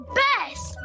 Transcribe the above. best